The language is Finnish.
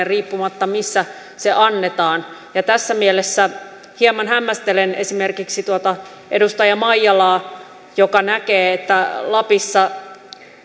riippumatta siitä missä se annetaan tässä mielessä hieman hämmästelen esimerkiksi edustaja maijalaa joka näkee että lapissa